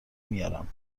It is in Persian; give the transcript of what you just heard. میارم